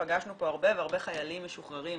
ופגשנו פה הרבה והרבה חיילים משוחררים,